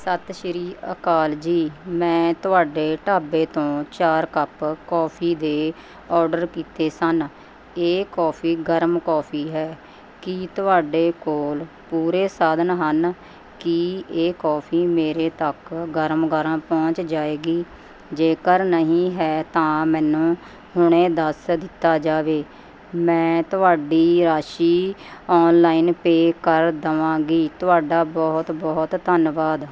ਸਤਿ ਸ਼੍ਰੀ ਅਕਾਲ ਜੀ ਮੈਂ ਤੁਹਾਡੇ ਢਾਬੇ ਤੋਂ ਚਾਰ ਕੱਪ ਕੋਫੀ ਦੇ ਔਡਰ ਕੀਤੇ ਸਨ ਇਹ ਕੋਫੀ ਗਰਮ ਕੋਫੀ ਹੈ ਕੀ ਤੁਹਾਡੇ ਕੋਲ ਪੂਰੇ ਸਾਧਨ ਹਨ ਕੀ ਇਹ ਕੋਫੀ ਮੇਰੇ ਤੱਕ ਗਰਮ ਗਰਮ ਪਹੁੰਚ ਜਾਵੇਗੀ ਜੇਕਰ ਨਹੀਂ ਹੈ ਤਾਂ ਮੈਨੂੰ ਹੁਣੇ ਦੱਸ ਦਿੱਤਾ ਜਾਵੇ ਮੈਂ ਤੁਹਾਡੀ ਰਾਸ਼ੀ ਔਨਲਾਈਨ ਪੇਅ ਕਰ ਦੇਵਾਂਗੀ ਤੁਹਾਡਾ ਬਹੁਤ ਬਹੁਤ ਧੰਨਵਾਦ